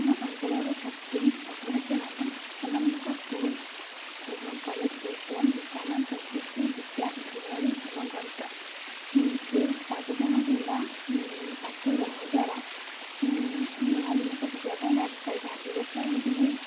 ଆମ ଅଞ୍ଚଳର ଛାତ୍ରଛାତ୍ରୀମାନେ ସେମାନଙ୍କ ସ୍କୁଲ୍ ଏବଂ ଷ୍ଟେମ୍ ବିଜ୍ଞାନ ପ୍ରଯୁକ୍ତି ବିଦ୍ୟା ଇଞ୍ଜିନିୟରିଂ ଏବଂ ଗଣିତ ଫିଲ୍ଡ୍ କାର୍ଯ୍ୟକ୍ରମ କିମ୍ବା ପାଠ୍ୟକ୍ରମ ଦ୍ଵାରା ନୂଆ ଜିନିଷ ଶିଖିବା ପାଇଁ ପାଇଥାନ୍ତି ଯଥା ଯେମିତିକି